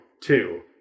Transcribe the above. two